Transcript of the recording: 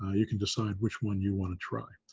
ah you can decide which one you want to try.